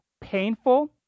painful